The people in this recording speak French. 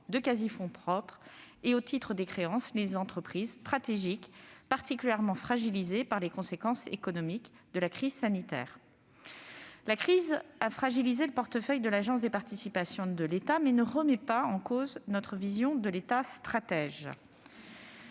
de quasi-fonds propres et de titres de créance, des entreprises stratégiques particulièrement fragilisées par les conséquences économiques de la crise sanitaire. Si la crise a fragilisé le portefeuille de l'Agence des participations de l'État, elle ne remet pas en cause notre vision de l'État stratège.